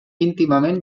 íntimament